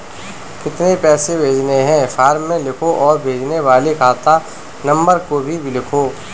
कितने पैसे भेजने हैं फॉर्म में लिखो और भेजने वाले खाता नंबर को भी लिखो